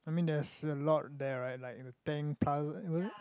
I mean there's a lot there right like in the tank pile was it